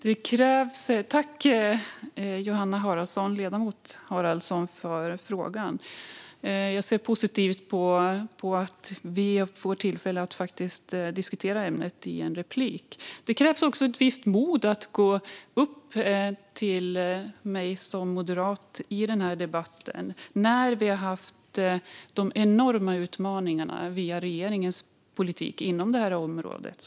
Herr talman! Tack för frågan, Johanna Haraldsson! Jag ser positivt på att vi får tillfälle att diskutera ämnet i ett replikskifte. Det krävs också ett visst mod att gå upp i ett replikskifte mot mig som moderat i den här debatten, med tanke på de enorma utmaningar vi har sett på det här området efter den tidigare regeringens politik.